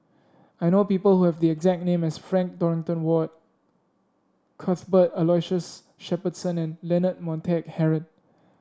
I know people who have the exact name as Frank Dorrington Ward Cuthbert Aloysius Shepherdson and Leonard Montague Harrod